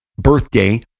birthday